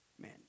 Man